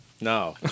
No